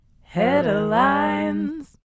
Headlines